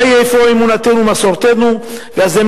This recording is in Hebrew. מה היא אפוא אמונתנו ומסורתנו?" ואז הם